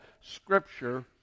Scripture